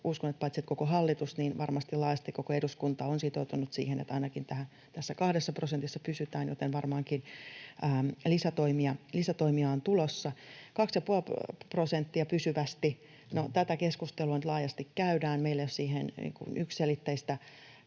Uskon, että paitsi koko hallitus myös varmasti laajasti koko eduskunta on sitoutunut siihen, että ainakin tässä kahdessa prosentissa pysytään, joten varmaankin lisätoimia on tulossa. 2,5 prosenttia pysyvästi: No, tätä keskustelua nyt laajasti käydään. Meillä ei ole siihen yksiselitteistä